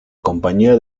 compañía